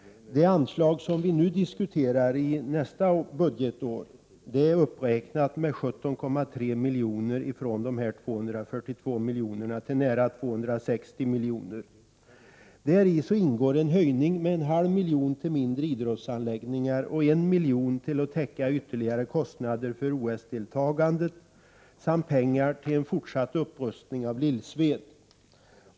Det anslag som vi nu diskuterar avser nästa budgetår, och det är uppräknat med 17,3 milj.kr. till nära 260 milj.kr. Tanslaget ingår en höjning med 0,5 milj.kr. till mindre idrottsanläggningar och 1 milj.kr. för att täcka ytterligare kostnader för OS-deltagandet samt pengar till en fortsatt upprustning av Lillsved.